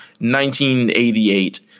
1988